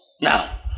Now